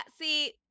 see